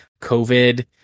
COVID